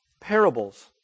parables